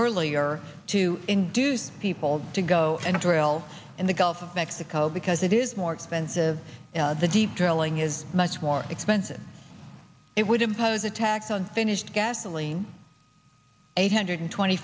earlier to induce people to go and drill in the gulf of mexico because it is more expensive the deep drilling is much more expensive it would impose a tax on finished gasoline eight hundred twenty